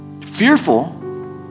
fearful